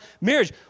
marriage